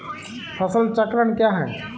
फसल चक्रण क्या है?